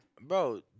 Bro